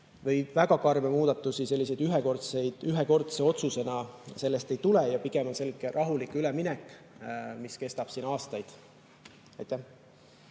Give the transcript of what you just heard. või väga karme muudatusi sellise ühekordse otsusena sellest ei tule. Pigem on selline rahulik üleminek, mis kestab aastaid. Tarmo